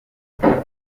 referred